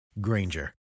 granger